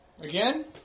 Again